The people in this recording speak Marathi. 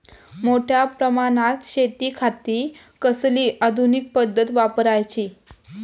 मोठ्या प्रमानात शेतिखाती कसली आधूनिक पद्धत वापराची?